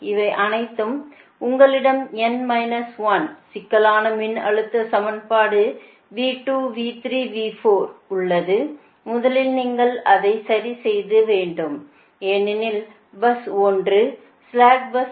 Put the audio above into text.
இவை அனைத்தும் உங்களிடம் n மைனஸ் 1 சிக்கலான மின்னழுத்த சமன்பாடு உள்ளது முதலில் நீங்கள் அதைச் சரிசெய்ய வேண்டும் ஏனெனில் பஸ் 1 ஸ்ளாக் பஸ்